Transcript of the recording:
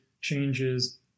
changes